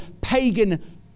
pagan